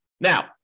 Now